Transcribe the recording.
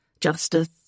justice